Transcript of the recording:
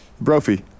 Brophy